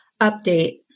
update